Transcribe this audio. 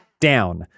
Down